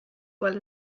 well